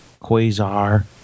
Quasar